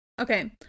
Okay